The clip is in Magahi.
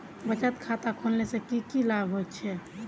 बचत खाता खोलने से की की लाभ होचे?